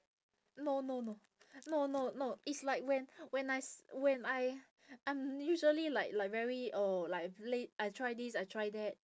no no no no no no it's like when when I s~ when I I'm usually like like very oh like play~ I try this I try that